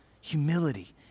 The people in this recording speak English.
Humility